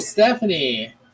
Stephanie